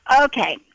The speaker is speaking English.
Okay